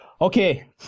Okay